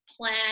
plan